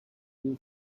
the